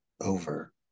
over